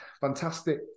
fantastic